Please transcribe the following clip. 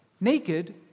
Naked